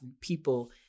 people